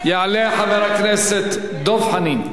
יעלה חבר הכנסת דב חנין.